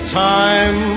time